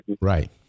Right